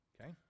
Okay